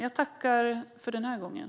Jag tackar för den här gången.